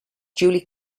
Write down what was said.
julie